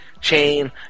Chain